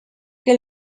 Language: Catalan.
que